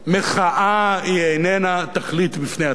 מחאה איננה תכלית בפני עצמה,